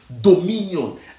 dominion